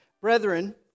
Brethren